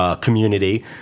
community